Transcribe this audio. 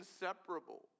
inseparable